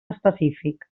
específic